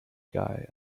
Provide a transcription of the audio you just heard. guy